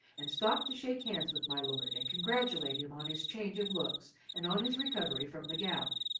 and stopped shake hands with my lord and congratulate him on his change of looks and on his recovery from the gout.